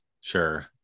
Sure